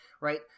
right